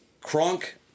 Kronk